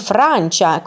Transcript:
Francia